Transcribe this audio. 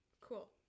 Cool